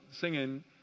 singing